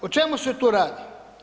O čemu se tu radi?